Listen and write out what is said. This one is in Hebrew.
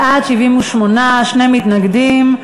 בעד, 78, שני מתנגדים.